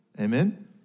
Amen